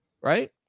right